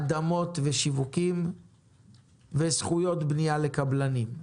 אדמות ושיווקים וזכויות בנייה לקבלנים,